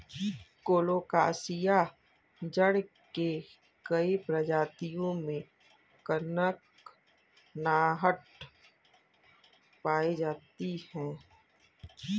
colocasia जड़ के कई प्रजातियों में कनकनाहट पायी जाती है